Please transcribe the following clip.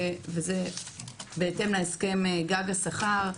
בהתאם להסכם גג השכר,